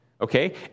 okay